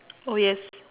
oh yes